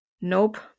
Nope